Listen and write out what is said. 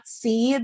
see